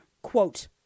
quote